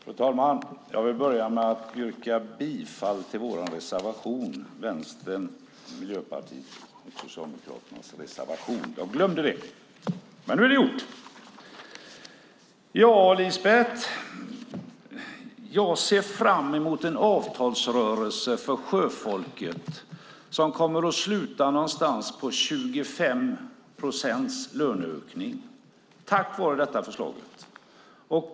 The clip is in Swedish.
Fru talman! Jag vill börja med att yrka bifall till Vänsterns, Miljöpartiets och Socialdemokraternas reservation. Jag glömde det, men nu är det gjort. Ja, Lisbeth, jag ser fram emot en avtalsrörelse för sjöfolket som kommer att sluta på någonstans kring 25 procents löneökning tack vare detta förslag.